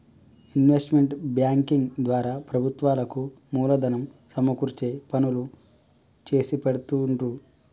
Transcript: investment banking ద్వారా ప్రభుత్వాలకు మూలధనం సమకూర్చే పనులు చేసిపెడుతుండ్రు